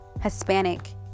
Hispanic